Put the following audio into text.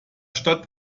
stadt